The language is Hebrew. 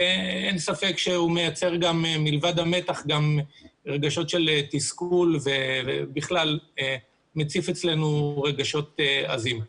אין ספק שמלבד המתח זה מייצר גם רגשות של תסכול ומציף אצלנו רגשות עזים.